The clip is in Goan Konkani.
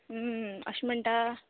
अशें म्हणटा